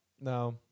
No